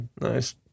Nice